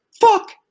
Fuck